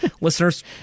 Listeners